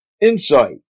Insight